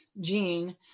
gene